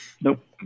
Nope